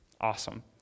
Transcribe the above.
awesome